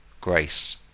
grace